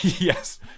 yes